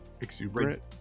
exuberant